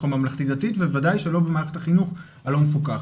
הממלכתית דתית ובוודאי שלא במערכת החינוך הלא מפוקחת,